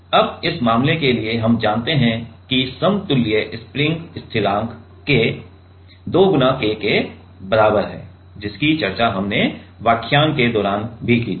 अब इस मामले के लिए हम जानते हैं कि समतुल्य स्प्रिंग स्थिरांक K 2 K के बराबर है जिसकी चर्चा हमने व्याख्यान के दौरान भी की थी